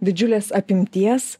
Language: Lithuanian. didžiulės apimties